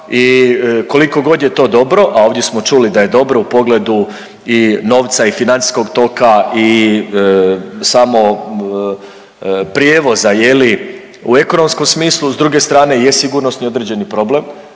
i koliko god je to dobro, a ovdje smo čuli da je dobro u pogledu i novca i financijskog toka i samo prijevoza, je li, u ekonomskom smislu, s druge strane je sigurnosni određeni problem